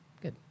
Good